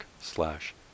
slash